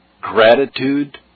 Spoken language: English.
gratitude